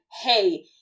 hey